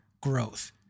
growth